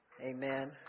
Amen